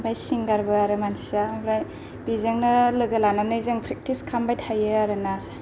ओमफ्राय सिंगारबो आरो मानसिया ओमफ्राय बिजोंनो लोगो लानानै जों प्रेक्टिस खालामबाय थायो आरोना